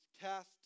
cast